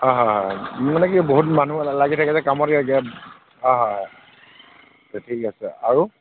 হয় হয় হয় মোৰ মানে কি হয় বহুত মানুহ লাগি থাকিলে কামত হয় হয় হয় ঠিক আছে আৰু